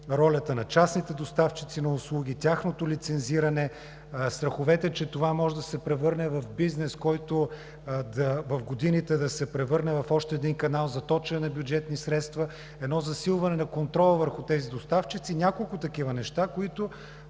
ролята на частните доставчици на услуги; тяхното лицензиране; страховете, че това може да се превърне в бизнес, който в годините да се превърне в още един канал за точене на бюджетни средства; едно засилване на контрола върху тези доставчици. Няколко такива неща, които